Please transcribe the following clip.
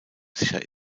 sicher